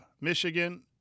Michigan